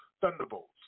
thunderbolts